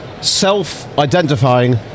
self-identifying